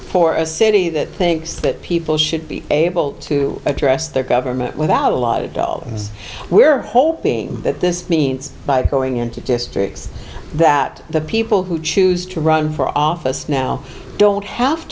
for a city that thinks that people should be able to address their government without a lot of dollars we're hoping that this means by going into districts that the people who choose to run for office now don't have